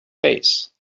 face